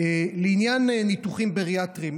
לעניין ניתוחים בריאטריים,